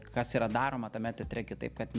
kas yra daroma tame teatre kitaip kad